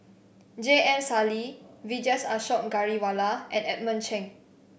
J M Sali Vijesh Ashok Ghariwala and Edmund Cheng